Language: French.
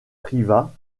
privat